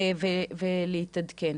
ולהתעדכן.